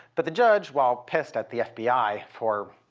but the judge, while pissed at the fbi for